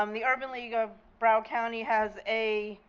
um the urban league of broward county has a